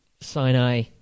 Sinai